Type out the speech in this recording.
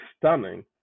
stunning